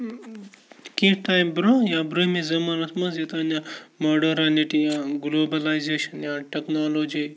کینٛہہ ٹایِم برونٛہہ یا بروہمِس زَمانَس منٛز یوٚتانۍ نہٕ ماڈٲرٕنِٹی یا گُلوبَلایزیشَن یا ٹٮ۪کنالوجی